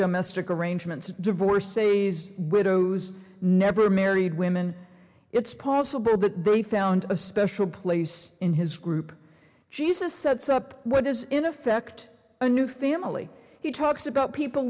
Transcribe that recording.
domestic arrangements divorced says widows never married women it's possible that they found a special place in his group jesus sets up what is in effect a new family he talks about people